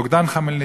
בוגדן חמלניצקי,